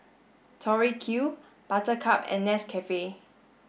Tori Q Buttercup and Nescafe